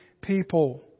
people